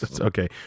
Okay